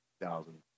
thousand